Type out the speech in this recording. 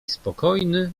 spokojny